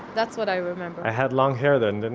that's what i remember i had long hair then, didn't